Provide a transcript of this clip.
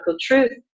truth